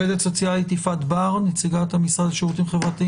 ואני אשמח לפתוח בכך ולקבל את התייחסות הגורמים השונים.